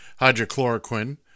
hydrochloroquine